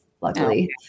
luckily